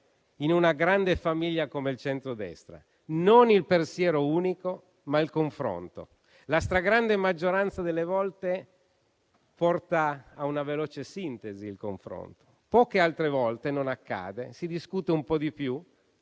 in una grande famiglia come il centrodestra: non il pensiero unico, ma il confronto. La stragrande maggioranza delle volte il confronto porta a una veloce sintesi; poche altre volte ciò non accade e si discute un po' di più.